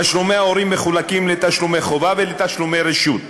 תשלומי ההורים מחולקים לתשלומי חובה ולתשלומי רשות.